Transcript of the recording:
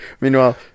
meanwhile